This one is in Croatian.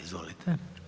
Izvolite.